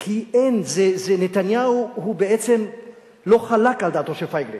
כי אין, נתניהו בעצם לא חלק על דעתו של פייגלין.